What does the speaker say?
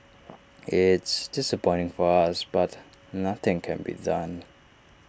it's disappointing for us but nothing can be done